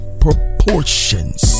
proportions